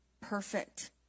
perfect